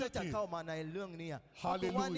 Hallelujah